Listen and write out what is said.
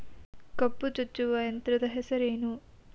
ಕಬ್ಬು ಜಜ್ಜುವ ಯಂತ್ರದ ಹೆಸರೇನು?